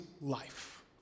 life